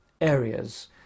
areas